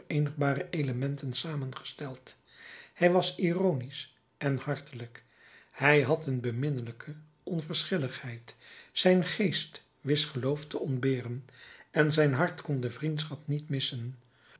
onvereenigbare elementen samengesteld hij was ironisch en hartelijk hij had een beminnelijke onverschilligheid zijn geest wist geloof te ontberen en zijn hart kon de vriendschap niet missen